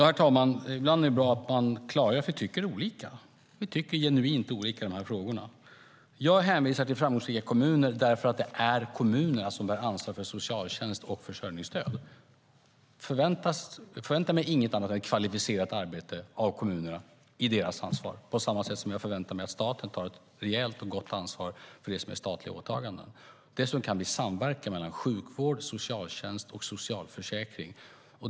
Herr talman! Ibland är det bra att man klargör att vi tycker olika. Vi tycker genuint olika i de här frågorna. Jag hänvisar till framgångsrika kommuner därför att det är kommunerna som bär ansvar för socialtjänst och försörjningsstöd. Jag förväntar mig inget annat än kvalificerat arbete av kommunerna i deras ansvar på samma sätt som jag förväntar mig att staten tar ett rejält och gott ansvar för det som är statliga åtaganden. Dessutom kan vi samverka mellan sjukvård, socialtjänst och socialförsäkring.